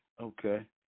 okay